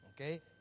Okay